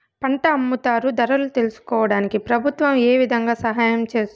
పంట అమ్ముతారు ధరలు తెలుసుకోవడానికి ప్రభుత్వం ఏ విధంగా సహాయం చేస్తుంది?